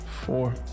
Four